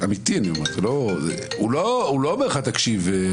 הוא לא אומר לך: תקשיב,